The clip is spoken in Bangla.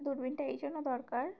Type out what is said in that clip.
দূরবীনটা এই জন্য দরকার